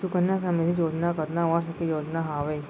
सुकन्या समृद्धि योजना कतना वर्ष के योजना हावे?